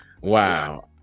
wow